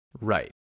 right